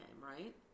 right